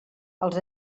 els